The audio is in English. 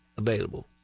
available